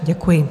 Děkuji.